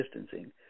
distancing